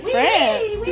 France